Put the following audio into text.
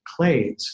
clades